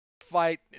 fight